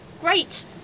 great